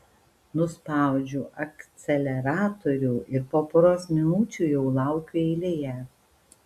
nuspaudžiu akceleratorių ir po poros minučių jau laukiu eilėje